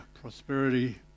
prosperity